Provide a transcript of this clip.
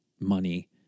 money